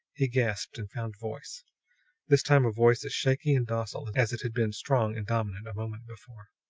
he gasped and found voice this time a voice as shaky and docile as it had been strong and dominant a moment before.